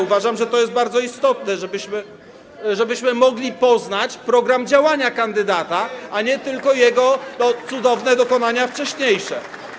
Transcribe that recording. Uważam, że to jest bardzo istotne, żebyśmy mogli poznać program działania kandydata, a nie tylko jego cudowne dokonania wcześniejsze.